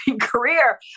career